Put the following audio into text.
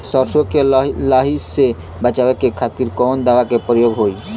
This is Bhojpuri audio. सरसो के लही से बचावे के खातिर कवन दवा के प्रयोग होई?